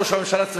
ראש הממשלה,